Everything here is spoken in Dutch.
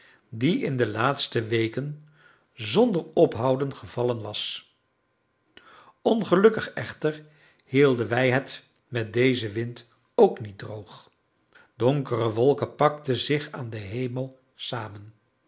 dien in de laatste weken zonder ophouden gevallen was ongelukkig echter hielden wij het met dezen wind ook niet droog donkere wolken pakten zich aan den hemel samen